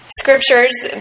scriptures